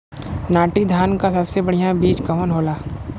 नाटी धान क सबसे बढ़िया बीज कवन होला?